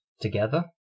together